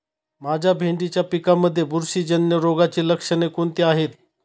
माझ्या भेंडीच्या पिकामध्ये बुरशीजन्य रोगाची लक्षणे कोणती आहेत?